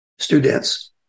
students